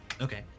Okay